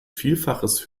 vielfaches